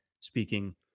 speaking